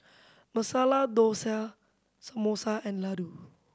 Masala Dosa Samosa and Ladoo